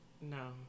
No